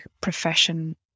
profession